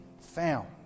found